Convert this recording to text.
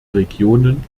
regionen